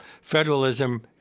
Federalism